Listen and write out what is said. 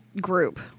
group